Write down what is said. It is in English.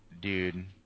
dude